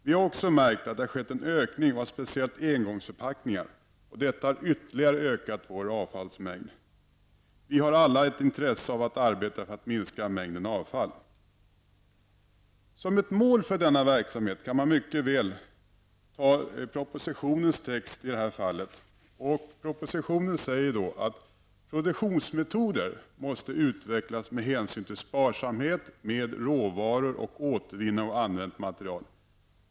Vi har också märkt att det har blivit en ökning av speciellt engångsförpackningar, och detta har ytterligare ökat avfallsmängden. Vi har alla ett intresse av att arbeta för att minska mängden avfall. Som mål för denna verksamhet kan mycket väl propositionens text i detta fall användas. I propositionen framgår det att produktionsmetoder måste utvecklas med hänsyn till sparsamhet med råvaror och återvinning av använt material.